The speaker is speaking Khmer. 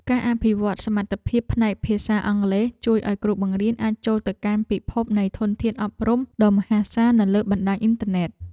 ការអភិវឌ្ឍសមត្ថភាពផ្នែកភាសាអង់គ្លេសជួយឱ្យគ្រូបង្រៀនអាចចូលទៅកាន់ពិភពនៃធនធានអប់រំដ៏មហាសាល នៅលើបណ្តាញអ៊ីនធឺណិត។